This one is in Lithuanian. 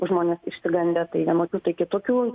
žmonės išsigandę tai vienokių tai kitokių